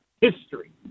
history